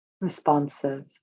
responsive